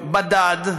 בדד,